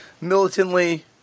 militantly